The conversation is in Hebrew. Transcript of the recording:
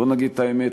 בוא נגיד את האמת,